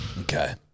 Okay